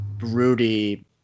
Rudy